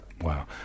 Wow